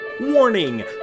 Warning